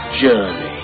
journey